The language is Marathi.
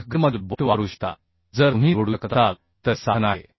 8 ग्रेडमधील बोल्ट वापरू शकता जर तुम्ही निवडू शकत असाल तर हे साधन आहे